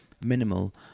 minimal